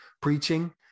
preaching